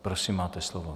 Prosím, máte slovo.